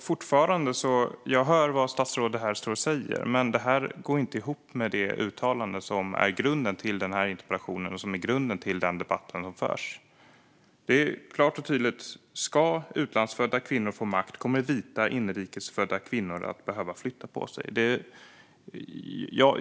Fru talman! Jag hör vad statsrådet säger här, men det går fortfarande inte ihop med det uttalande som är grunden till den här interpellationen och till den debatt som förs. Det är klart och tydligt: Ska utlandsfödda kvinnor få makt kommer vita inrikes födda kvinnor att behöva flytta på sig.